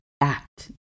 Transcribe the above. act